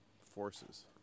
forces